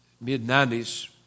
mid-90s